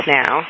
now